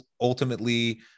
ultimately